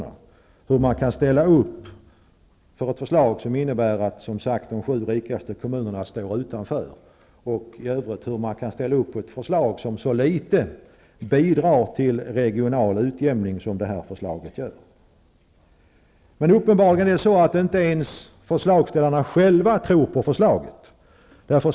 Jag undrar hur man över huvud taget kan ställa sig bakom ett förslag, som innebär att de sju rikaste kommunerna står utanför och som så lite bidrar till regional utjämning som det här förslaget gör. Uppenbarligen tror emellertid inte ens förslagsställarna själva på förslaget.